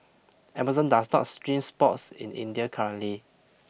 Amazon does not stream sports in India currently